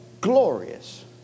glorious